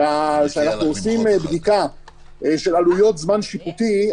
אנחנו עושים בדיקה של עלויות זמן שיפוטי,